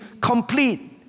complete